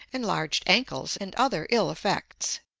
enlarged ankles, and other ill effects.